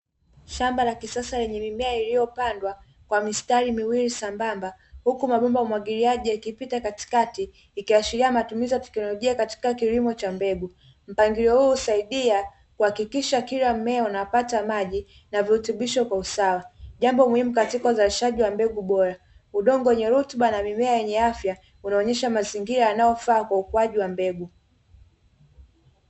Shamba la kisasa lenye mimea iliyopandwa kwa mistari miwili sambamba, huku mabomba ya umwagiliaji yakipita katikati, ikiashiria matumizi ya teknolojia katika kilimo cha mbegu. Mpangilio huu husaidia kuhakikisha kila mmea unapata maji na virutubisho kwa usawa. Jambo muhimu katika uzalishaji wa mbegu bora. Udongo wenye rutuba na mimea yenye afya unaonyesha mazingira yanayofaa kwa ukuaji wa mbegu.